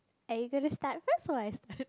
are you going to start first or I start